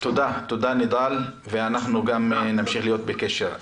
תודה, נידאל, ואנחנו גם נמשיך להיות בקשר.